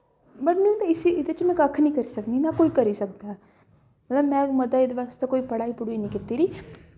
but में इस्सी एह्दे च में कक्ख निं करी सकनी आं नां कोई करी सकदा होर मैं एह्दै बास्तै कोई पढ़ाई पढ़ूई निं कीती दी